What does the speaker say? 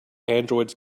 androids